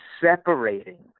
separating